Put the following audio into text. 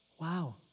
Wow